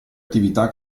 attività